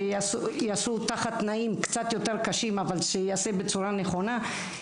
שייעשו תחת תנאים קצת יותר קשים אבל שייעשה בצורה נכונה.